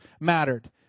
mattered